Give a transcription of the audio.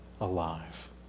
alive